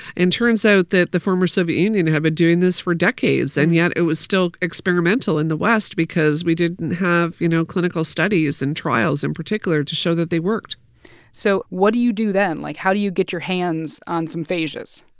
turns out that the former soviet union had been doing this for decades. and yet, it was still experimental in the west because we didn't have, you know, clinical studies and trials, in particular, to show that they worked so what do you do then? like, how do you get your hands on some phages?